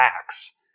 facts